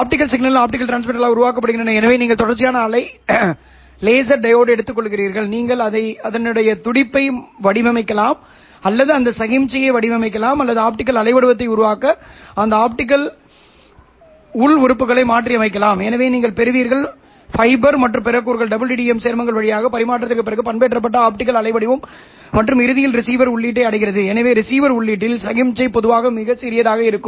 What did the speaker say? optical சிக்னல்கள் optical டிரான்ஸ்மிட்டரால் உருவாக்கப்படுகின்றன எனவே நீங்கள் தொடர்ச்சியான அலை லேசர் டையோடு எடுத்துக்கொள்கிறீர்கள் நீங்கள் அதை துடிப்பு வடிவமைக்கலாம் அல்லது அந்த சமிக்ஞையை வடிவமைக்கலாம் மற்றும் ஆப்டிகல் அலைவடிவத்தை உருவாக்க அந்த ஆப்டிகல் பருப்புகளை மாற்றியமைக்கலாம் எனவே நீங்கள் பெறுவீர்கள் ஃபைபர் மற்றும் பிற கூறுகள் WDM சேர்மங்கள் வழியாக பரிமாற்றத்திற்குப் பிறகு பண்பேற்றப்பட்ட ஆப்டிகல் அலைவடிவம் மற்றும் இறுதியில் ரிசீவர் உள்ளீட்டை அடைகிறது எனவே ரிசீவர் உள்ளீட்டில் சமிக்ஞை பொதுவாக மிகச் சிறியதாக இருக்கும்